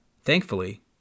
Thankfully